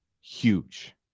huge